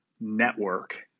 network